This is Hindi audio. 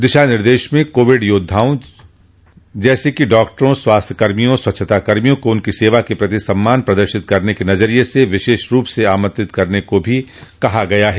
दिशानिर्देश में कोविड योद्धाओं जैसे कि डॉक्टरों स्वास्थ्य कर्मियों स्वच्छता कर्मियों को उनकी सेवा के प्रति सम्मान प्रदर्शित करने के नजरिये से विशेष रूप से आमंत्रित करने को भी कहा गया है